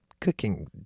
cooking